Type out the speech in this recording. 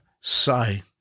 say